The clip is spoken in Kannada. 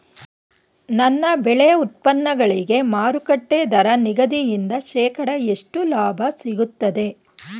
ನನ್ನ ಬೆಳೆ ಉತ್ಪನ್ನಗಳಿಗೆ ಮಾರುಕಟ್ಟೆ ದರ ನಿಗದಿಯಿಂದ ಶೇಕಡಾ ಎಷ್ಟು ಲಾಭ ಸಿಗುತ್ತದೆ?